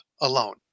alone